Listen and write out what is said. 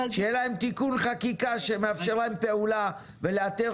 שיהיה להם תיקון חקיקה שמאפשר להם פעולה ולאתר